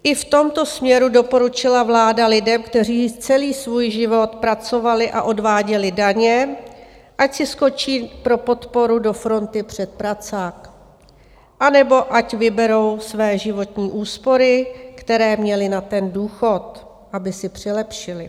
I v tomto směru doporučila vláda lidem, kteří celý svůj život pracovali a odváděli daně, ať si skočí pro podporu do fronty před pracák anebo ať vyberou své životní úspory, které měli na ten důchod, aby si přilepšili.